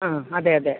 ആ അതെ അതെ